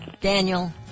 Daniel